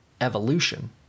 evolution